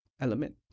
element